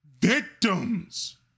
victims